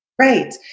Right